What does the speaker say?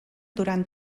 durant